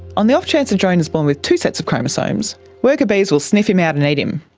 on the off-chance a drone is born with two sets of chromosomes, worker bees will sniff him out and eat him.